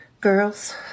Girls